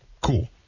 cool